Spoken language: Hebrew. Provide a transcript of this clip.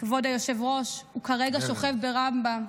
כבוד היושב-ראש, הוא כרגע שוכב ברמב"ם,